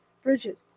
Bridget